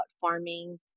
farming